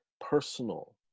personal